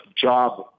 job